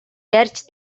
ярьж